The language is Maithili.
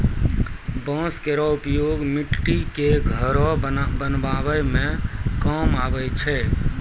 बांस केरो उपयोग मट्टी क घरो बनावै म काम आवै छै